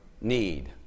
need